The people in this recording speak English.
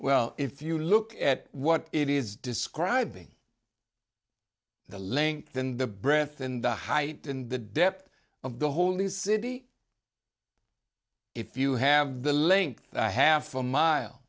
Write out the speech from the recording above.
well if you look at what it is describing the link than the breath and the height and the depth of the holy city if you have the length half a mile